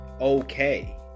okay